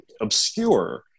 obscure